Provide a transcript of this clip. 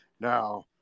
now